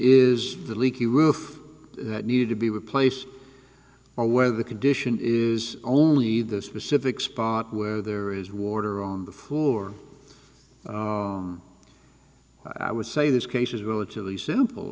is the leaky roof that needed to be replaced or whether the condition is only the specific spot where there is water on the floor i would say this case is relatively simple